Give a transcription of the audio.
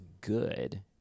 good